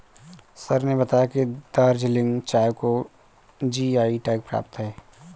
sir ने बताया कि दार्जिलिंग चाय को जी.आई टैग प्राप्त है